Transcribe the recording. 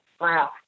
Wow